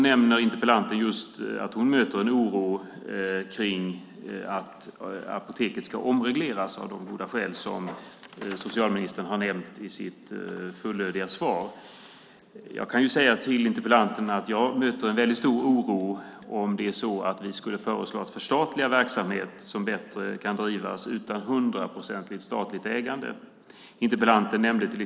Interpellanten nämner att hon möter en oro över att Apoteket ska omregleras av de goda skäl som socialministern har nämnt i sitt fullödiga svar. Om vi skulle föreslå att förstatliga verksamhet som bättre kan drivas utan 100-procentigt statligt ägande skulle jag mötas av en mycket stor oro.